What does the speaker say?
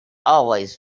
always